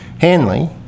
Hanley